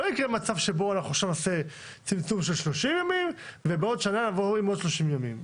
אנחנו לא נעשה עכשיו צמצום של 30 ימים ובעוד שנה נבוא עם עוד 30 ימים.